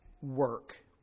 work